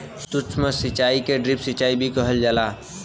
सूक्ष्म सिचाई के ड्रिप सिचाई भी कहल जाला